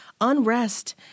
unrest